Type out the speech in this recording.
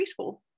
preschool